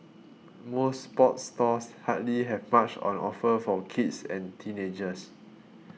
most sports stores hardly have much on offer for kids and teenagers